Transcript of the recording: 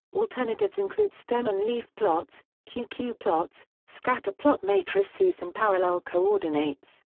alternatives include stem-and-leaf plots, q q plots, scatter plot matrices and parallel coordinates.